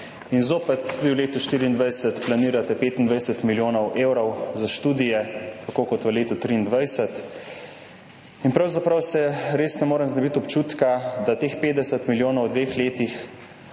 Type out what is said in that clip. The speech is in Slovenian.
In zopet, tudi v letu 2024 planirate 25 milijonov evrov za študije, tako kot v letu 2023. Pravzaprav se res ne morem znebiti občutka, da teh bo 50 milijonov v dveh letih